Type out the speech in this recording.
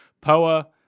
Poa